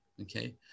Okay